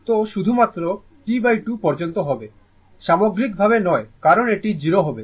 তো শুধুমাত্র T2 পর্যন্ত হবে সামগ্রিকভাবে নয় কারণ এটি 0 হবে